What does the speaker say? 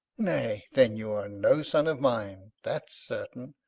nay, then you are no son of mine, that's certain.